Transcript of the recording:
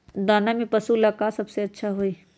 दाना में पशु के ले का सबसे अच्छा होई?